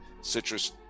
citrus